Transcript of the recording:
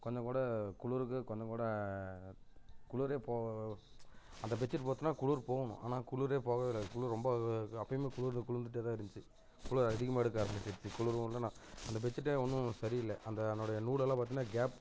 கொஞ்சம் கூட குளிருக்கு கொஞ்சம் கூட குளிரே போ அந்த பெட்ஷீட் போத்தினா குளிர் போகணும் ஆனால் குளிரே போகலை குளிர் ரொம்ப அப்போயுமே குளிரு குளிர்ந்துட்டே தான் இருந்துச்சு குளிர் அதிகமாக எடுக்க ஆரமிச்சிருச்சு குளிரு வந்து நான் அந்த பெட்ஷீட்டே ஒன்றும் சரியில்லை அந்த அதனோடைய நூலெல்லாம் பார்த்திங்கன்னா கேப்